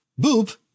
Boop